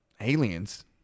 Aliens